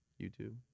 YouTube